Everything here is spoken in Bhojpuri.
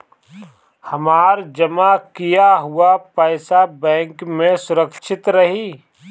हमार जमा किया हुआ पईसा बैंक में सुरक्षित रहीं?